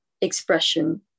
expression